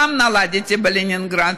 שם נולדתי, בלנינגרד.